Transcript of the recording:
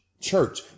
church